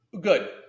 good